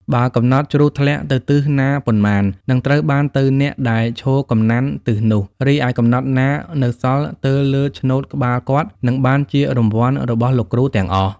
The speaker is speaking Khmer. បើកំណប់ជ្រុះធ្លាក់ទៅទិសណាប៉ុន្មានៗ នឹងត្រូវបានទៅអ្នកដែលឈរកំណាន់ទិសនោះ រីឯកំណប់ណានៅសល់ទើរលើឆ្នូតក្បាលគាត់ នឹងបានជារង្វាន់របស់លោកគ្រូទាំងអស់។